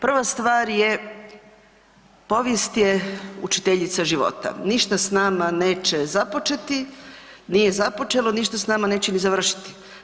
Prva stvar je povijest je učiteljica života, ništa s nama neće započeti, nije započelo, ništa s nama neće ni završiti.